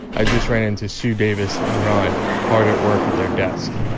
i just ran into sue davis and ron hard at work at their desk.